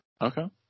Okay